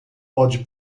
pode